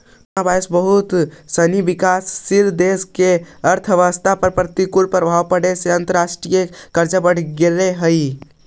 coronavirus बहुत सनी विकासशील देश के अर्थव्यवस्था पर प्रतिकूल प्रभाव पड़े से अंतर्राष्ट्रीय कर्ज बढ़ गेले हई